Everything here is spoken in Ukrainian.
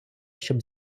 щоб